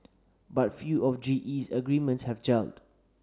but few of GE's agreements have gelled